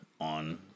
on